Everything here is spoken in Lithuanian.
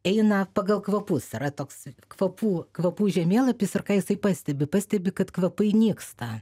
eina pagal kvapus yra toks kvapų kvapų žemėlapis ir ką jisai pastebi pastebi kad kvapai nyksta